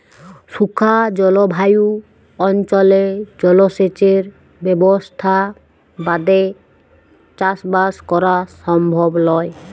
শুখা জলভায়ু অনচলে জলসেঁচের ব্যবসথা বাদে চাসবাস করা সমভব লয়